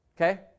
Okay